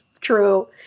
true